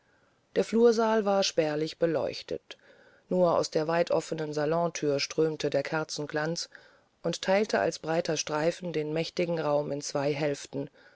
der flursaal war spärlich beleuchtet nur aus der weit offenen salonthüre strömte der kerzenglanz und teilte als breiter streifen den mächtigen raum in zwei hälften